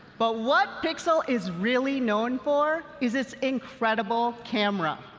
but what pixel is really known for is its incredible camera.